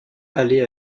aller